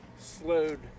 slowed